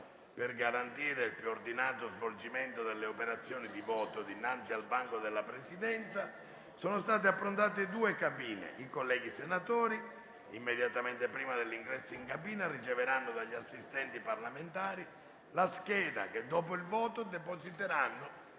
Per garantire il più ordinato svolgimento delle operazioni di voto, dinanzi al banco della Presidenza sono state approntate due cabine. I colleghi senatori, immediatamente prima dell'ingresso in cabina, riceveranno dagli assistenti parlamentari la scheda che, dopo il voto, depositeranno